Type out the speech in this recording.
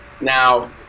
Now